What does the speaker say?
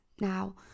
Now